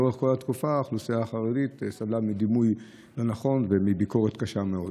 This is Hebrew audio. לאורך כל התקופה החברה החרדית סבלה מדימוי לא נכון ומביקורת קשה מאוד.